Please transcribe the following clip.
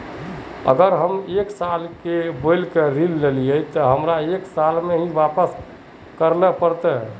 अगर हम एक साल बोल के ऋण लालिये ते हमरा एक साल में ही वापस करले पड़ते?